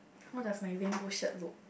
how does my rainbow shirt look